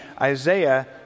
Isaiah